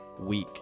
week